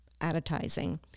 advertising